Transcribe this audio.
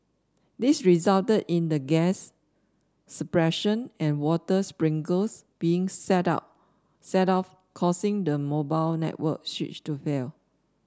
this resulted in the gas suppression and water sprinklers being set off set off causing the mobile network switch to fail